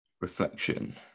Reflection